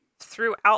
throughout